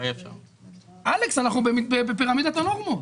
אלכס, אנחנו בפירמידת הנורמות.